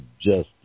justice